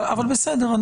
אבל בסדר.